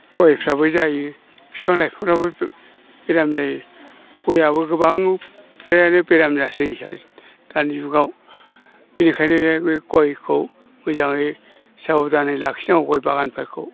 गयफ्राबो जायो बिफां लाइफांफ्राबो बेराम जायो गयआबो गोबां एसेयावनो बेराम जासै दानि जुगाव बिनिखायनो बे गयखौ मोजाङै साबधानै लाखिनांगौ गय बागानफोरखौ